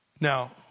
Now